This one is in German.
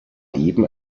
eben